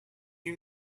you